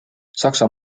saksa